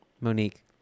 Monique